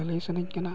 ᱞᱟᱹᱞᱟᱹᱭ ᱥᱟᱱᱟᱧ ᱠᱟᱱᱟ